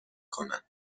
کنن